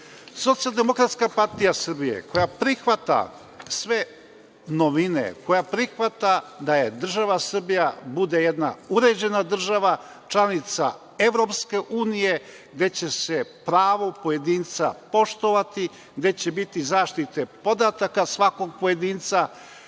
pojedinaca. Dakle, SDPS, koja prihvata sve novine, koja prihvata da država Srbija bude jedna uređena država, članica EU, gde će se pravo pojedinca poštovati, gde će biti zaštite podataka svakog pojedinca